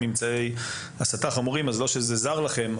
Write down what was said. ממצאי הסתה חמורים וזה לא יהיה זר לכם,